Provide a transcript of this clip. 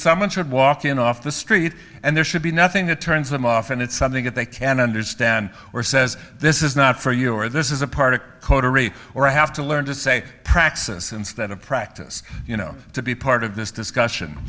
should walk in off the street and there should be nothing that turns them off and it's something that they can understand or says this is not for you or this is a part of coterie or i have to learn to say praxis instead of practice you know to be part of this discussion